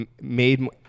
made